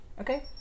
okay